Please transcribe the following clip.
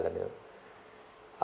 uh let me know